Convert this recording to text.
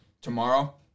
tomorrow